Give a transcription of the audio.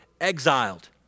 exiled